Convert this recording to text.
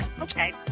Okay